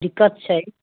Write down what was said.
दिक्कत छै